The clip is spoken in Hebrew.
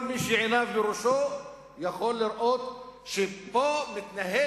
כל מי שעיניו בראשו יכול לראות שמתנהלת